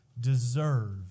deserve